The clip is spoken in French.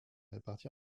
répartis